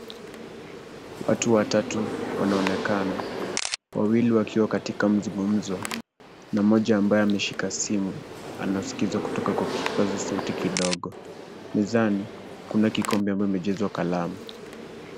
Watu watatu wanaonekana, wawili wakiwa katika mazungumzo na mmoja ambaye ameshika simu, anasikiza kutoka kwa kipaza sauti kidogo. Mezani kuna kikombe kimejazwa kalamu.